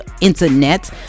internet